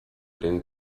den